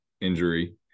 Injury